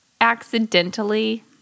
accidentally